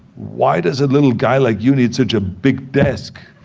why does a little guy like you need such a big desk?